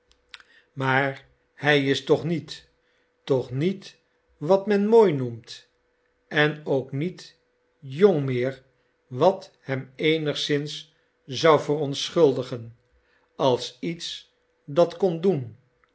maar hij is toch niet toch niet wat men mooi noemt en ook niet jong meer wat hem eenigszins zou verontschuldigen als iets dat kon doen